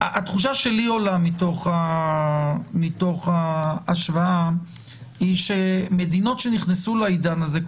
התחושה שעולה לי מתוך ההשוואה היא שמדינות שנכנסו לעידן הזה,